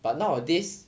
but nowadays